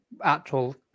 actual